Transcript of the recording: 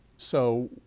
so,